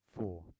four